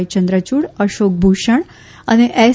યન્દ્રચુડ અશોક ભૂષણ અને એસ